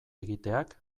egiteak